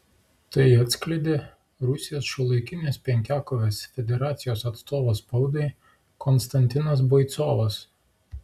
tai atskleidė rusijos šiuolaikinės penkiakovės federacijos atstovas spaudai konstantinas boicovas